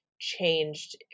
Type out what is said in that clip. changed